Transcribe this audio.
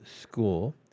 school